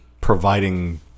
providing